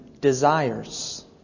desires